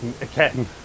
again